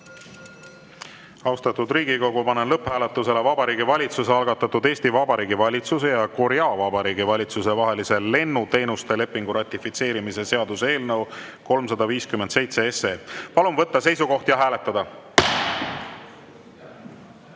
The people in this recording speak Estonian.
Austatud Riigikogu, panen lõpphääletusele Vabariigi Valitsuse algatatud Eesti Vabariigi valitsuse ja Korea Vabariigi valitsuse vahelise lennuteenuste lepingu ratifitseerimise seaduse eelnõu 357. Palun võtta seisukoht ja hääletada!